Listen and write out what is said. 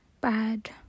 bad